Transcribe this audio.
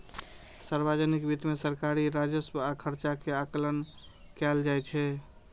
सार्वजनिक वित्त मे सरकारी राजस्व आ खर्च के आकलन कैल जाइ छै